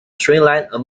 streamline